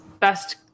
best